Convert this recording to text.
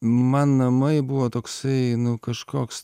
man namai buvo toksai nu kažkoks